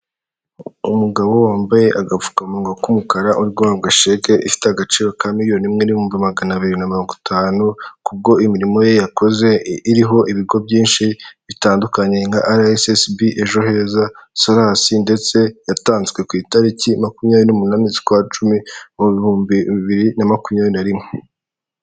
Umugabo wambaye agapfukamunwa k'umukara uri guhabwa sheke ifite agaciro ka miliyoni imwe n'ibihumbi magana abiri na mirongo itanu, kubwo imirimo ye yakoze iriho ibigo byinshi bitandukanye nka RSSB, ejo heza, SOLASI ndetse yatanzwe ku itariki mak'umyabiri n'umunani kwa cumi mu bihumbi bibiri na mak'umyabiri na rimwe.